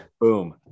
boom